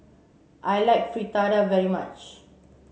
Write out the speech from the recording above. I like Fritada very much